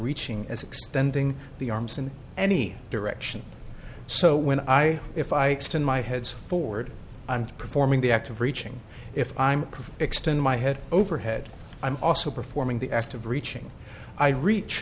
reaching as extending the arms in any direction so when i if i extend my head's forward and performing the act of reaching if i'm extend my head over head i'm also performing the act of reaching i reach